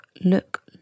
look